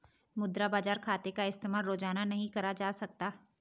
मुद्रा बाजार खाते का इस्तेमाल रोज़ाना नहीं करा जा सकता